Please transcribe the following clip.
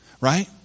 right